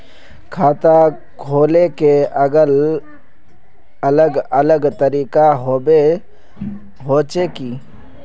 खाता खोले के अलग अलग तरीका होबे होचे की?